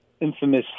infamous